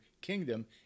kingdom